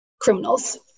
criminals